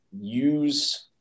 use